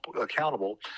accountable